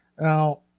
Now